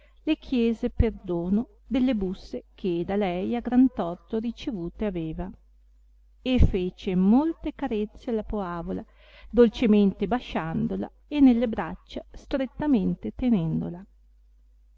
le chiese perdono delle busse che da lei a gran torto ricevute aveva e fece molte carezze alla poavola dolcemente basciandola e nelle braccia strettamente tenendola